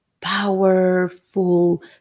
powerful